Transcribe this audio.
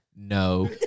no